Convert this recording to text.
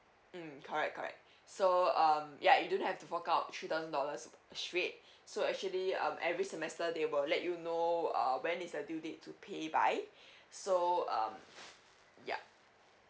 mm correct correct so um yeah you don't have to fork out three thousand dollars straight so actually um every semester they will let you know err when is the due date to pay by so um ya